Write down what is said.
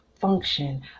function